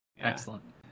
Excellent